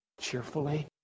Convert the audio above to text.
cheerfully